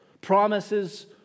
Promises